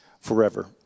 forever